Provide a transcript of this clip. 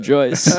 Joyce